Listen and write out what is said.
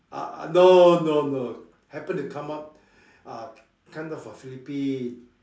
uh no no no happened to come up uh come down from Philippines